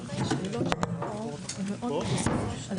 ננעלה בשעה 15:15.